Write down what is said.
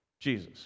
Jesus